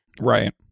Right